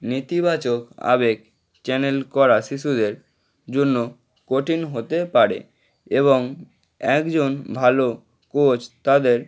নেতিবাচক আবেগ চ্যানেল করা শিশুদের জন্য কঠিন হতে পারে এবং একজন ভালো কোচ তাদের